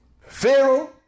Pharaoh